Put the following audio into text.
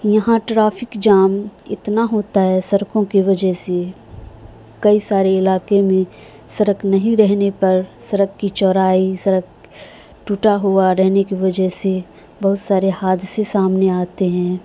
یہاں traffic jam اتنا ہوتا ہے سڑکوں کی وجہ سے کئی سارے علاقے میں سڑک نہیں رہنے پر سڑک کی چوڑائی سڑک ٹوٹا ہوا رہنے کی وجہ سے بہت سارے حادثے سامنے آتے ہیں